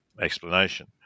explanation